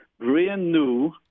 brand-new